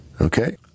Okay